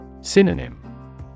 Synonym